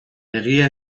egia